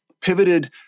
pivoted